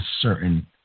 certain